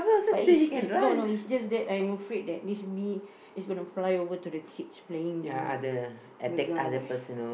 but is is no no is just that I'm afraid that this bee is gonna fly over to the kids playing down here on the ground ya